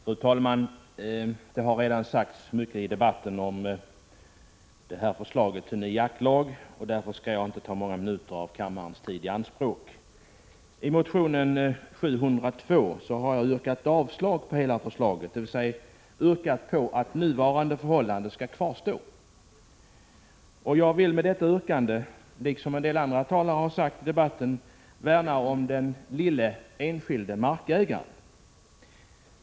Fru talman! Det har redan sagts mycket i debatten om förslaget till ny jaktlag, och därför skall jag inte ta många minuter av kammarens tid i anspråk. I motionen Jo702 har jag yrkat avslag på hela förslaget, dvs. yrkat att nuvarande förhållanden skall kvarstå. Med detta yrkande vill jag liksom en del andra talare i debatten värna om den lille enskilde markägaren.